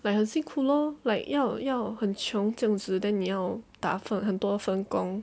like 很辛苦 loh like 要要很穷这样子 then 你要打分很多分工